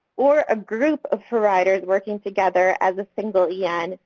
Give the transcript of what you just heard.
or a group of providers working together as a single yeah en,